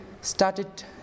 started